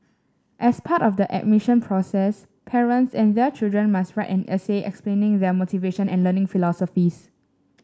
as part of the admission process parents and their children must write an essay explaining their motivation and learning philosophies